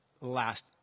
Last